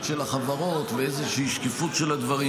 של החברות ואיזושהי שקיפות של הדברים,